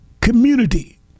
community